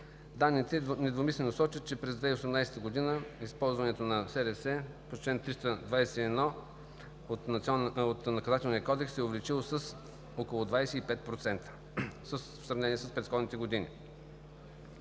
Данните недвусмислено сочат, че през 2018 г. използването на СРС по чл. 321 от Наказателния кодекс се е увеличило с около 25% в сравнение с предходните години.